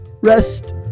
Rest